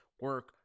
Work